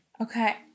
Okay